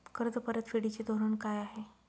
कर्ज परतफेडीचे धोरण काय आहे?